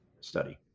study